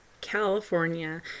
California